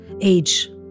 age